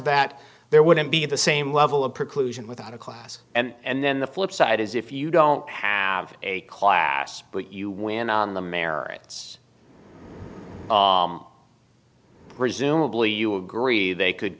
that there wouldn't be the same level of preclusion without a class and then the flip side is if you don't have a class but you win on the merits presumably you agree they could